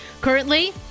currently